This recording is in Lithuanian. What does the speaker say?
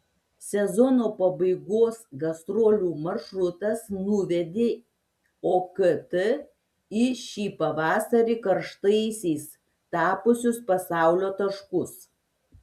sezono pabaigos gastrolių maršrutas nuvedė okt į šį pavasarį karštaisiais tapusius pasaulio taškus